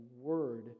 word